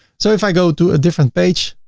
so if i go to a different page,